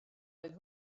oedd